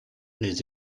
les